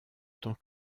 tant